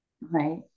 right